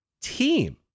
team